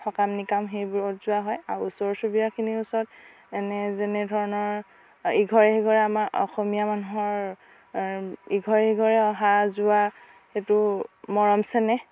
সকাম নিকাম সেইবোৰত যোৱা হয় আৰু ওচৰ চুবুৰীয়াখিনিৰ ওচৰত এনে যেনে ধৰণৰ ইঘৰে সিঘৰে আমাৰ অসমীয়া মানুহৰ ইঘৰে সিঘৰে অহা যোৱা সেইটো মৰম চেনেহ